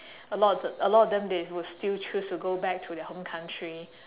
a lot of a lot of them they would still choose to go back to their home country